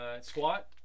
Squat